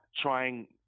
trying